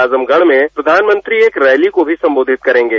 आजमगढ़ में प्रधानमंत्री एक रैली को भी संबोधित करेंगे